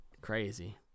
Crazy